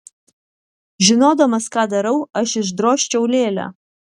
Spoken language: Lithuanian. žinodamas ką darau aš išdrožčiau lėlę